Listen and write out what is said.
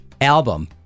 album